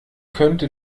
könnte